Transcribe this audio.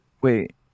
Wait